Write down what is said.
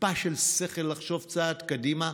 טיפה של שכל לחשוב צעד קדימה?